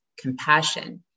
compassion